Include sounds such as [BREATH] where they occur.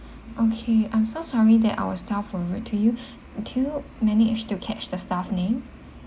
okay I'm so sorry that our staff were rude to you [BREATH] do you manage to get the staff name